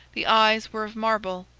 the eyes were of marble,